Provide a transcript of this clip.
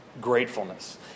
gratefulness